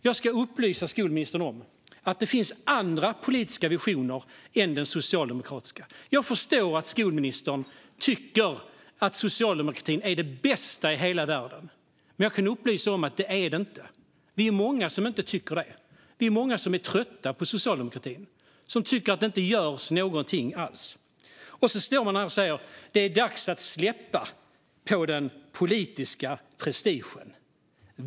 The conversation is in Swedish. Jag ska upplysa skolministern om att det finns andra politiska visioner än den socialdemokratiska. Jag förstår att skolministern tycker att socialdemokratin är det bästa i hela världen. Men jag kan upplysa om att det inte är det. Vi är många som inte tycker det. Vi är många som är trötta på socialdemokratin, och vi är många som tycker att det inte görs någonting alls. Och så står skolministern här och säger att det är dags att släppa den politiska prestigen!